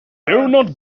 ddiwrnod